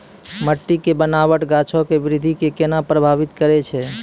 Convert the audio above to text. मट्टी के बनावट गाछो के वृद्धि के केना प्रभावित करै छै?